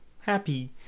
happy